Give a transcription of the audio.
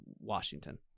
Washington